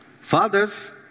Fathers